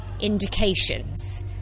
indications